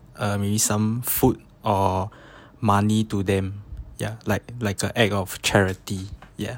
uh maybe some food or money to them ya like like a act of charity ya